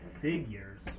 figures